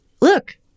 look